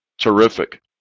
terrific